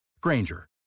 Granger